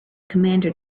commander